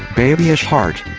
babyish heart.